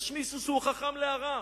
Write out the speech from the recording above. יש מישהו שהוא חכם להרע,